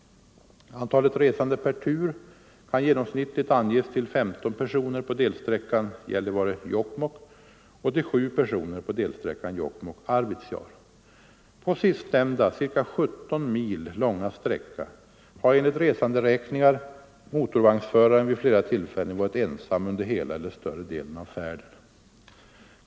Antalet resAndg per Tisdagen den tur kan genomsnittligt anges till 15 personer på delsträckan Gälliva 26 november 1974 re-Jokkmokk och till sju personer på delsträckan Jokkmokk-Arvidsjaur, = På sistnämnda, ca 17 mil långa sträcka har enligt resanderäkningar mo = Ang. nedläggningen torvagnsföraren vid flera tillfällen varit ensam under hela eller större av olönsam delen av färden.